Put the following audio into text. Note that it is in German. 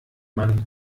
man